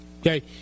Okay